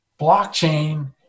blockchain